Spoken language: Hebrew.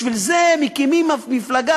בשביל זה מקימים מפלגה?